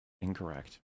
Incorrect